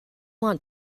want